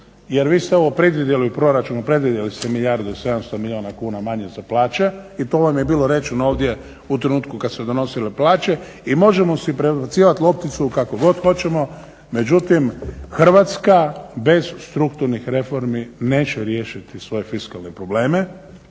jer vi ste ovo predvidjeli u proračunu, predvidjeli ste milijardu i sedamsto milijuna kuna manje za plaće i to vam je bilo rečeno ovdje u trenutku kad su se donosile plaće. I možemo si predbacivati lopticu kako god hoćemo, međutim Hrvatska bez strukturnih reformi neće riješiti svoje fiskalne probleme,